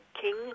king